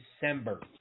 December